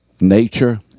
nature